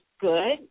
good